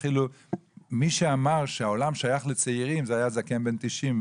מי שאמר שהעולם שייך לצעירים זה היה זקן בן 90,